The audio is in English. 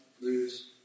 lose